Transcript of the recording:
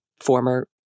former